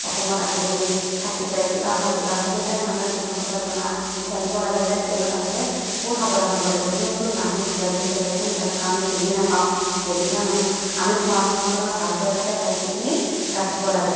অসমত আহি পিনি থাকি যায় কিবা হয় কিবা হয় সেইকাৰণে মানুহৰ কিছুমান কথা জনা জানিব লাগে যে ট্ৰেইনত আহিলে বহুত সাৱধান হ'ব লাগে যোনতোন মানুহ থাকে বহি থাকে কোন কেনেকুৱা আমি চিনি নাপাওঁ এদিনীয়া মানুহ আমি শোৱা সময়কণত ভালকৈ যাতে বস্তুখিনি ৰাখিব লাগে